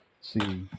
See